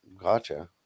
Gotcha